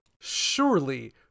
surely